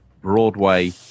Broadway